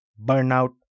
burnout